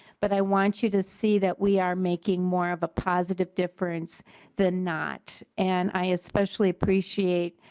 but i want you to see that we are making more of a positive difference than not and i especially appreciate